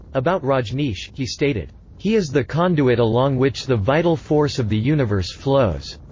about rajneesh, he stated he is the conduit along which the vital force of the universe flows.